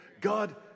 God